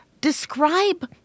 Describe